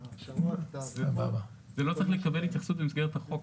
זה לא צריך לקבל התייחסות במסגרת החוק,